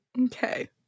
Okay